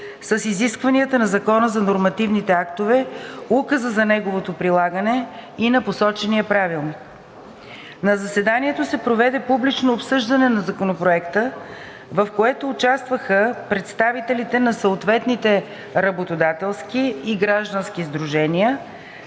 с изискванията на Закона за нормативните актове, с Указа за неговото прилагане и на посочения правилник. На заседанието се проведе публично обсъждане на Законопроекта, в което участваха представителите на съответните работодателски и граждански сдружения,